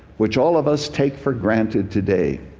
which all of us take for granted today.